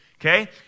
okay